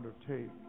undertake